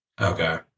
Okay